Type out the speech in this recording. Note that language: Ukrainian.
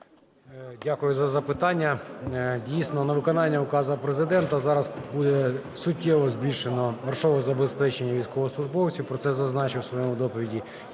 Дякую за запитання. Дійсно, на виконання указу Президента зараз буде суттєво збільшено грошове забезпечення військовослужбовців, про це зазначив у своїй доповіді